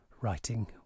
writing